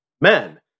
men